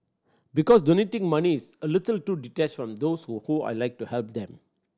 because donating money is a little too detached on those who whom I'd like to help them